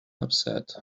upset